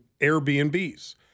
Airbnbs